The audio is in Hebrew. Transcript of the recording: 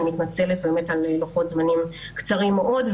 אני מתנצלת על לוחות זמנים קצרים מאוד.